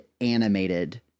animated